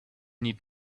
need